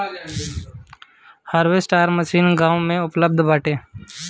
harvester machine गाँव में उपलब्ध बाटे